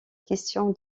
question